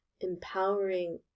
empowering